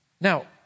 Now